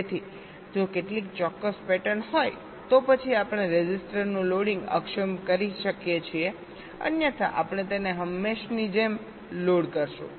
તેથી જો કેટલીક ચોક્કસ પેટર્ન હોય તો પછી આપણે રેઝિસ્ટરનું લોડિંગ અક્ષમ કરી શકીએ છીએ અન્યથા આપણે તેને હંમેશની જેમ લોડ કરીશું